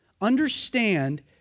understand